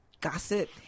gossip